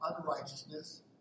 unrighteousness